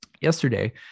Yesterday